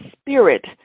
spirit